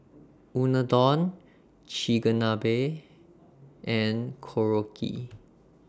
Unadon Chigenabe and Korokke